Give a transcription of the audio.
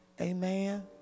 amen